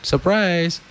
Surprise